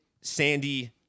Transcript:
Sandy